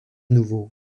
nouveau